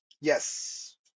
Yes